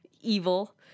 evil